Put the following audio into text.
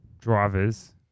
drivers